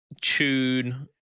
tune